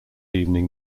evening